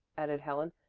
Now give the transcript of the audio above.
added helen.